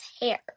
hair